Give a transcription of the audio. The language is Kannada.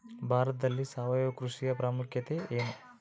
ಭಾರತದಲ್ಲಿ ಸಾವಯವ ಕೃಷಿಯ ಪ್ರಾಮುಖ್ಯತೆ ಎನು?